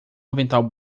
avental